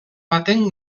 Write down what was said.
baten